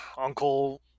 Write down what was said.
uncle